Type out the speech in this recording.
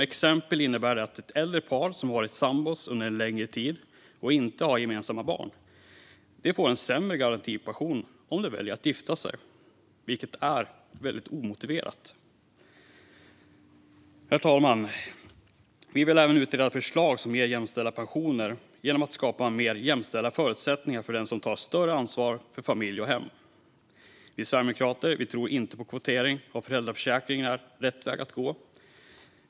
Exempelvis innebär det att ett äldre par som varit sambor under en längre tid och inte har gemensamma barn får en sämre garantipension om de väljer att gifta sig, vilket är helt omotiverat. Herr talman! Vi vill även utreda förslag som ger jämställda pensioner genom att skapa mer jämställda förutsättningar för den som tar större ansvar för familj och hem. Vi sverigedemokrater tror inte att kvotering av föräldraförsäkringen är rätt väg att gå.